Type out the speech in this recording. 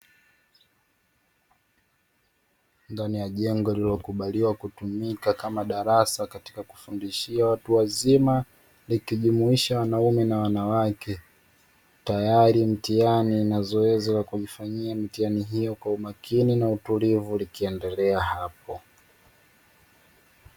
Ndani ya jengo lililokubaliwa kutumika kama darasa katika kufundishia watu wazima likijumuisha wanaume na wanawake. Tayari mtihani na zoezi la kulifanyia mtihani hiyo kwa umakini na utulivu likiendelea hapo.